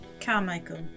Carmichael